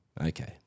Okay